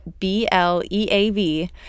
BLEAV